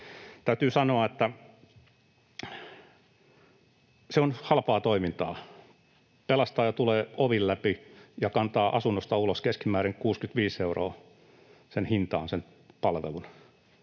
täytyy sanoa, että se on halpaa toimintaa: kun pelastaja tulee ovien läpi ja kantaa asunnosta ulos, keskimäärin 65 euroa on sen palvelun